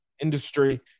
industry